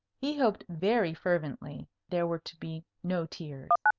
he hoped very fervently there were to be no tears.